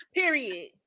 Period